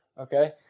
Okay